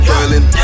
Berlin